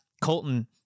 Colton